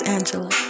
Angela